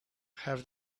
have